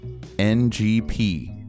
NGP